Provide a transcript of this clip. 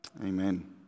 Amen